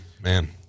man